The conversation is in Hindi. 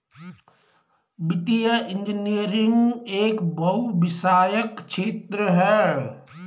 वित्तीय इंजीनियरिंग एक बहुविषयक क्षेत्र है